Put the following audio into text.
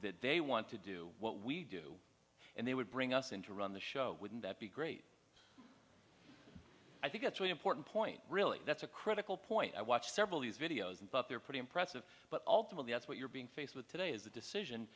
that they want to do what we do and they would bring us into run the show wouldn't that be great i think that's an important point really that's a critical point i watch several these videos and but they're pretty impressive but ultimately that's what you're being faced with today is the decision